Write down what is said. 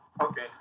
Okay